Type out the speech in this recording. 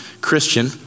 Christian